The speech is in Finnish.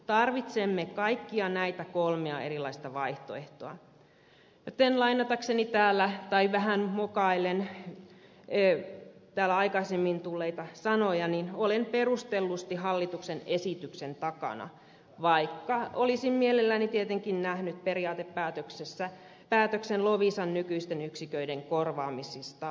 tarvitsemme kaikkia näitä kolmea erilaista vaihtoehtoa joten vähän mukaellen täällä aikaisemmin tulleita sanoja olen perustellusti hallituksen esityksen takana vaikka olisin mielelläni tietenkin nähnyt periaatepäätöksen loviisan nykyisten yksiköiden korvaamisesta